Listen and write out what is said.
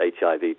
HIV